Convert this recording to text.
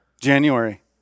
January